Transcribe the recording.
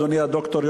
אדוני הדוקטור,